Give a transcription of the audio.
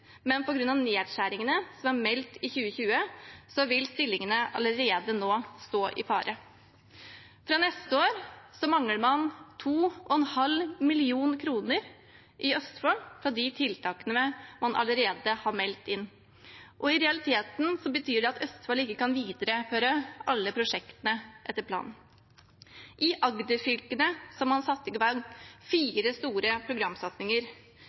men på grunn av nedskjæringene som er meldt i 2020, vil stillingene allerede nå stå i fare. Fra neste år mangler man 2,5 mill. kr i Østfold til de tiltakene man allerede har meldt inn. I realiteten betyr det at Østfold ikke kan videreføre alle prosjektene etter planen. I Agder-fylkene har man satt i gang fire store programsatsinger,